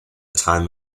time